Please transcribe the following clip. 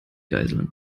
geiseln